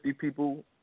people